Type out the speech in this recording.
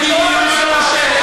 כנראה שהמקום שלך,